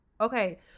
okay